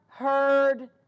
heard